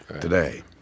today